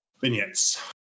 Vignettes